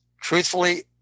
truthfully